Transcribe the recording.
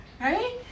right